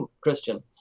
Christian